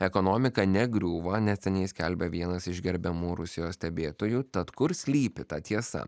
ekonomika negriūva neseniai skelbė vienas iš gerbiamų rusijos stebėtojų tad kur slypi ta tiesa